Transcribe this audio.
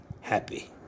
happy